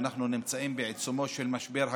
ואנחנו נמצאים בעיצומו של משבר הקורונה,